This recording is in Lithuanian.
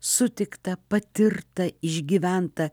sutikta patirta išgyventa